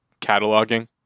cataloging